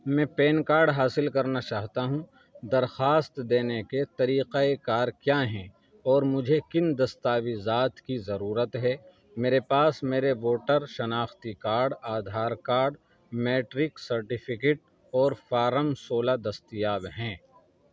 میں pan card حاصل کرنا چاہتا ہوں درخواست دینے کے طریقۂ کار کیا ہیں اور مجھے کن دستاویزات کی ضرورت ہے میرے پاس میرے ووٹر شناختی card Aadhaar card matric certificate اور فارم سولہ دستیاب ہیں